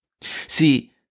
See